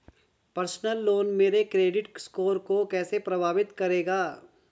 Personal loan मेरे credit score को कैसे प्रभावित करेगा?